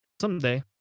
Someday